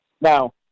now